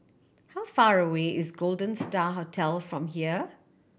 how far away is Golden Star Hotel from here